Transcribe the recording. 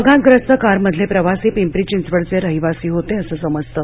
अपघातग्रस्त कारमधले प्रवासी पिंपरी चिंचवडचे रहिवासी होते असं समजतं